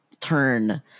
turn